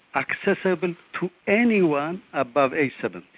accessible to anyone above age seventy.